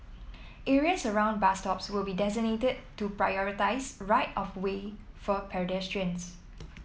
areas around bus stops will be designated to prioritise right of way for pedestrians